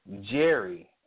Jerry